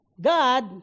God